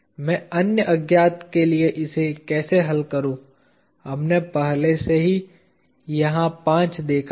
मैं अन्य अज्ञात के लिए इसे कैसे हल करूं हमने पहले ही यहां पांच देखा है